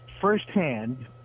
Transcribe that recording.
firsthand